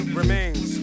remains